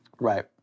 Right